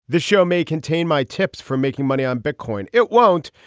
the show may contain my tips for making money on bitcoin. it won't.